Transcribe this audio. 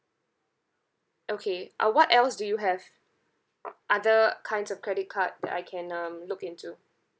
okay uh what else do you have other kinds of credit card that I can um look into